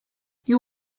you